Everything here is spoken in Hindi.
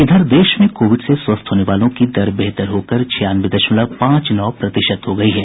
इधर देश में कोविड से स्वस्थ होने वालों की दर बेहतर होकर छियानवे दशमलव पांच नौ प्रतिशत हो गई है